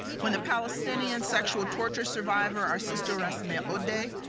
when the palestinian sexual torture survivor our sister, rasmea odeh,